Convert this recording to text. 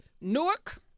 Newark